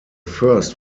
first